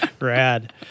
Rad